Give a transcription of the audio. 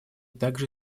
также